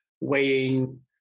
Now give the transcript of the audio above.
weighing